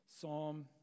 Psalm